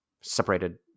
separated